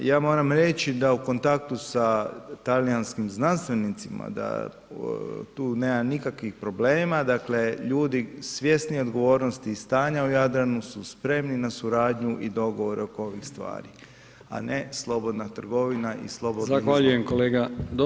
Ja moram reći da u kontaktu sa talijanskim znanstvenicima da tu nema nikakvih problema, dakle, ljudi svjesni odgovornosti i stanja u Jadranu su spremni na suradnju i dogovor oko ovih stvari, a ne slobodna trgovina i [[Upadica: Zahvaljujem kolega…]] i slobodni izlov.